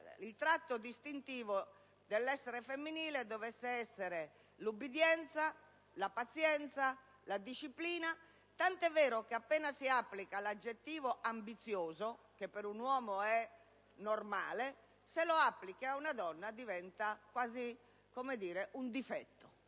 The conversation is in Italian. i tratti distintivi dell'essere femminile dovessero essere l'obbedienza, la pazienza e la disciplina, tant'è vero che l'aggettivo «ambizioso», che per un uomo è normale, appena si applica ad una donna diventa quasi un difetto.